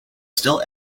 still